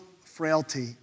frailty